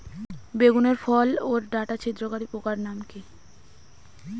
বেগুনের ফল ওর ডাটা ছিদ্রকারী পোকার নাম কি?